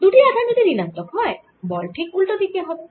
দুটি আধান যদি ঋণাত্মক হয় বল ঠিক উল্টো দিকে হবে